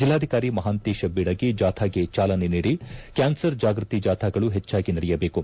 ಜಿಲ್ಲಾಧಿಕಾರಿ ಮಹಾಂತೇಶ ಬೀಳಗಿ ಜಾಥಾಗೆ ಚಾಲನೆ ನೀಡಿ ಕ್ಯಾನ್ಸರ್ ಜಾಗೃತಿ ಜಾಥಾಗಳು ಹೆಚ್ಚಾಗಿ ನಡೆಯಬೇಕು